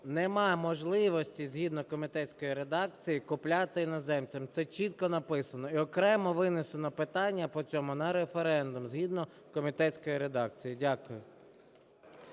Нема можливості, згідно комітетської редакції, купувати іноземцям, це чітко написано. І окремо винесено питання по цьому на референдум, згідно комітетської редакції. Дякую.